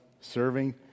serving